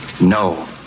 no